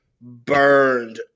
burned